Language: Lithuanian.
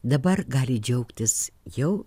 dabar gali džiaugtis jau